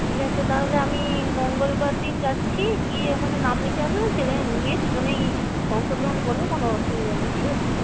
ঠিক আছে তাহলে আমি মঙ্গলবার দিন যাচ্ছি গিয়ে ওখানে নাম লিখিয়ে আসবো ছেলে মেয়ে দুজনেই অংশগ্রহণ করবে কোনো অসুবিধে নেই ঠিক আছে